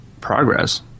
progress